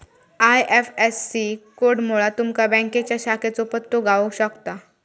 IFSC कोडमुळा तुमका बँकेच्या शाखेचो पत्तो गाव शकता